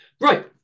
Right